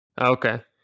Okay